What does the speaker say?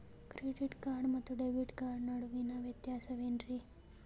Credit card ಮತ್ತು debit card ನಡುವಿನ ವ್ಯತ್ಯಾಸ ವೇನ್ರೀ?